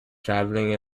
travelling